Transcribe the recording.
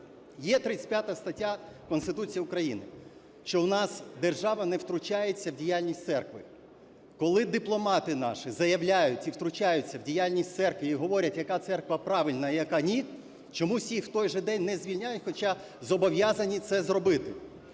Є 35 стаття Конституції України, що в нас держава не втручається в діяльність церкви. Коли дипломати наші заявляють і втручаються в діяльність церкви і говорять, яка церква правильна, а яка ні, чомусь їх в той же день не звільняють, хоча зобов'язані це зробити.